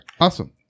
Awesome